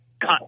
cut